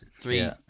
Three